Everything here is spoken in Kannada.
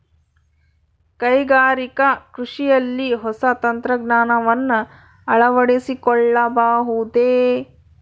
ಕೈಗಾರಿಕಾ ಕೃಷಿಯಲ್ಲಿ ಹೊಸ ತಂತ್ರಜ್ಞಾನವನ್ನ ಅಳವಡಿಸಿಕೊಳ್ಳಬಹುದೇ?